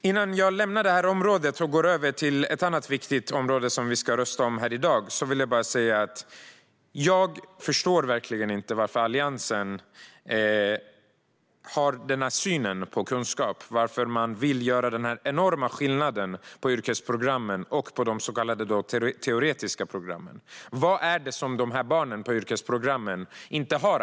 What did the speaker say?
Innan jag lämnar detta och går över till ett annat viktigt område som vi ska rösta om här i dag vill jag bara säga att jag verkligen inte förstår varför man inom Alliansen har den syn på kunskap man har. Varför vill man göra en sådan enorm skillnad mellan yrkesprogrammen och de så kallade teoretiska programmen? Vad är det man anser att barnen på yrkesprogrammen inte har?